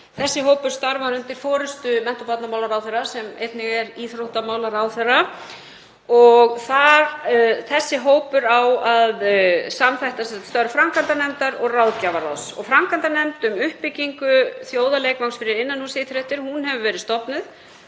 Þessi hópur starfar undir forystu mennta- og barnamálaráðherra sem er einnig íþróttamálaráðherra. Þessi hópur á að samþætta störf framkvæmdanefndar og ráðgjafaráðs. Framkvæmdanefnd um uppbyggingu þjóðarleikvangs fyrir innanhússíþróttir hefur verið stofnuð.